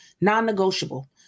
Non-negotiable